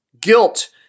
Guilt